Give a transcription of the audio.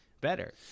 better